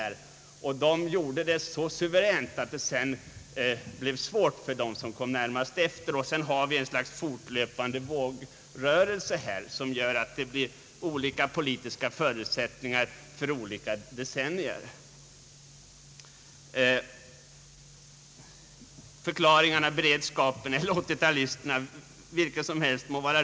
De gjorde det så suveränt att det sedan blev svårt för dem som kom närmast därefter att komma med. Vi har på så sätt fått ett slags fortlöpande vågrörelse, som gör att det blir olika politiska förutsättningar för olika decennier. Jag har här försökt att komma med några förklaringar mot bakgrunden av beredskapstiden och 80-talisterna.